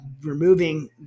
removing